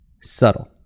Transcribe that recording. subtle